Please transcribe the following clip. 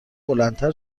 بلندتر